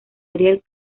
ariel